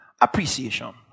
appreciation